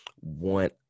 want